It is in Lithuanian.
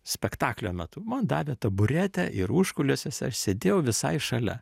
spektaklio metu man davė taburetę ir užkulisiuose aš sėdėjau visai šalia